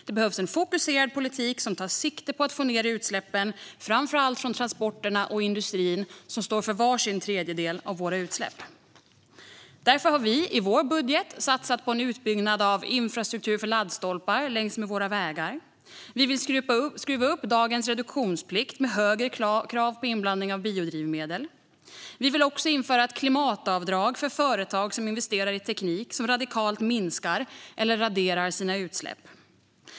Det behövs en fokuserad politik som tar sikte på att få ned utsläppen från framför allt transporterna och industrin, som står för var sin tredjedel av våra utsläpp. Därför har vi i vår budget satsat på en utbyggnad av infrastrukturen för laddstolpar längs våra vägar. Vi vill skruva upp dagens reduktionsplikt med högre krav på inblandning av biodrivmedel. Vi vill också införa ett klimatavdrag för företag som investerar i teknik som radikalt minskar eller raderar deras utsläpp.